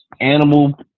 animal